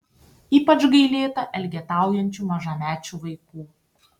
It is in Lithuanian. ypač gailėta elgetaujančių mažamečių vaikų